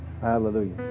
Hallelujah